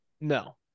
no